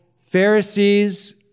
Pharisees